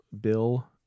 bill